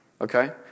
Okay